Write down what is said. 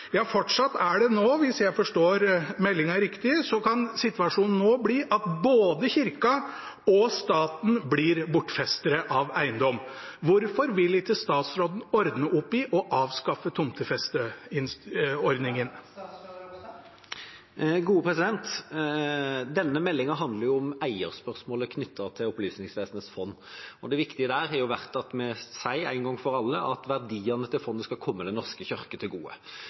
Ja, fortsatt er det nå slik – hvis jeg forstår meldingen riktig – at situasjonen kan bli at både Kirken og staten blir bortfestere av eiendom. Hvorfor vil ikke statsråden ordne opp i og avskaffe tomtefesteordningen? Denne meldingen handler om eierspørsmålet knyttet til Opplysningsvesenets fond. Det viktige der har vært at vi sier, en gang for alle, at verdiene til fondet skal komme Den norske kirke til gode.